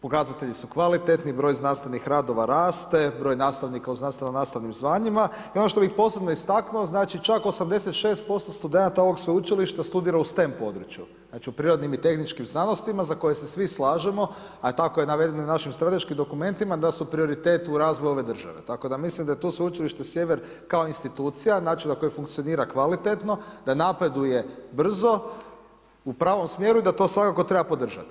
Pokazatelji su kvalitetni, broj znanstvenih radova raste, broj nastavnika u znanstveno-nastavnim zvanjima i ono što bih posebno istaknuo, znači čak 86% studenata ovog sveučilišta studira u STEN području, znači u prirodnim i tehničkim znanostima za koje se svi slažemo, a tako je navedeno i u našim strateškim dokumentima da su prioritet u razvoju ove države, tako da mislim da je tu sveučilište Sjever kao institucija, način na koji funkcionira kvalitetno, da napreduje brzo u pravom smjeru i da to svakako treba podržati.